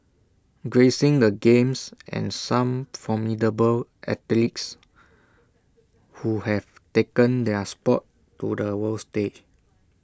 gracing the games are some formidable athletes who have taken their Sport to the world stage